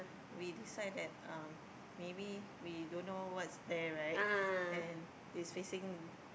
we decide that um maybe we don't know what's there right and it's facing